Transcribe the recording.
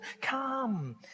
Come